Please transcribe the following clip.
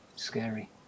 Scary